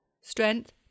Strength